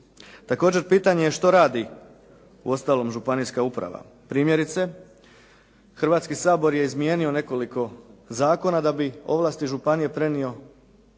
Također pitanje je što radi uostalom županijska uprava? Primjerice, Hrvatski sabor je izmijenio nekoliko zakona da bi ovlasti županije prenio na